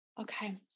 Okay